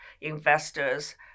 investors